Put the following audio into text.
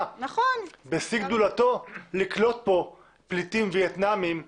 בשיא גדולתו לקלוט פה פליטים ווייטנאמיים,